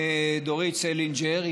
דורית סלינגר,